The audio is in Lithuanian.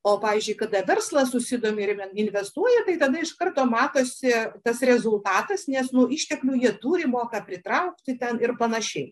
o pavyzdžiui kada verslas susidomi ir inven investuoja tai tada iš karto matosi tas rezultatas nes nu išteklių jie turi moka pritraukti ten ir panašiai